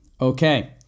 Okay